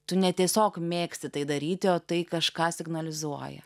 tu ne tiesiog mėgsti tai daryti o tai kažką signalizuoja